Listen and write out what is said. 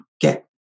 get